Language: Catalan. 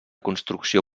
construcció